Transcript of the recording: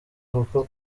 kuko